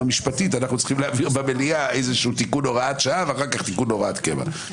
משפטית נעביר במליאה תיקון הוראת שעה ואחר כך הוראת קבע.